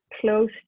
close